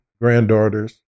granddaughters